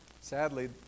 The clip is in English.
Sadly